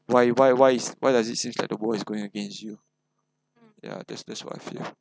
why why why is why does it seems like the world is going against you yeah that's that's what I feel